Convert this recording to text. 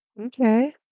Okay